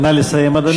נא לסיים, אדוני.